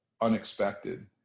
unexpected